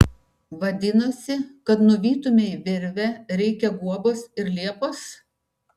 vadinasi kad nuvytumei virvę reikia guobos ir liepos